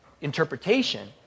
interpretation